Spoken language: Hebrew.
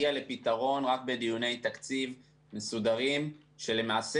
לפתרון רק בדיוני תקציב מסודרים שלמעשה